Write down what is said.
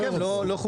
אבל ההסכם לא חוקי.